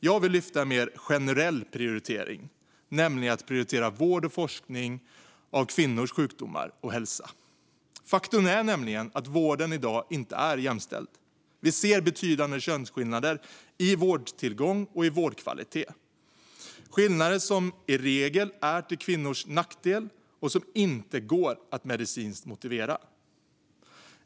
Jag vill lyfta fram en mer generell prioritering, nämligen att prioritera vård av och forskning om kvinnors sjukdomar och hälsa. Faktum är att vården i dag inte är jämställd. Vi ser betydande könsskillnader i vårdtillgång och vårdkvalitet. Det är skillnader som i regel är till kvinnors nackdel och som ofta inte går att medicinskt motivera.